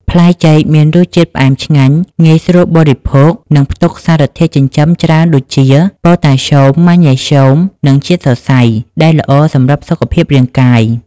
ផ្លែចេកមានរសជាតិ ផ្អែមឆ្ងាញ់ ងាយស្រួលបរិភោគ និងមានផ្ទុកសារធាតុចិញ្ចឹមច្រើនដូចជា ប៉ូតាស្យូម ម៉ាញ៉េស្យូម និង ជាតិសរសៃ ដែលល្អសម្រាប់សុខភាពរាងកាយ។